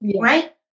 right